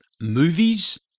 movies